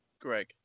Greg